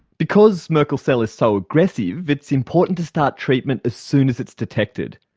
because merkel cell is so aggressive, it's important to start treatment as soon as it's detected,